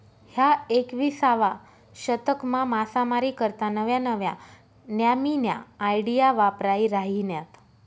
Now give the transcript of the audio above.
ह्या एकविसावा शतकमा मासामारी करता नव्या नव्या न्यामीन्या आयडिया वापरायी राहिन्यात